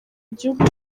igihugu